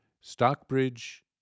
Stockbridge